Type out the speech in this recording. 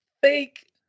Fake